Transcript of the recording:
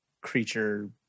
creature